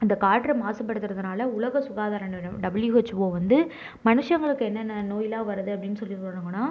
இந்த காற்று மாசுபடுத்துறதுனால் உலக சுகாதாரம் நிறுவனம் டபுள்யூஹச்ஓ வந்து மனுஷங்களுக்கு என்னென்ன நோய்யெலாம் வருது அப்படின்னு சொல்லி